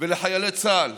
לחיילי צה"ל,